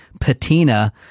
patina